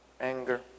anger